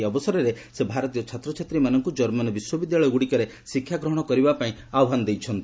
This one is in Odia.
ଏହି ଅବସରରେ ସେ ଭାରତୀୟ ଛାତ୍ରଛାତ୍ରୀମାନଙ୍କୁ ଜର୍ମାନ୍ ବିଶ୍ୱବିଦ୍ୟାଳୟଗୁଡ଼ିକରେ ଶିକ୍ଷାଗ୍ରହଣ କରିବା ପାଇଁ ଆହ୍ପାନ ଦେଇଛନ୍ତି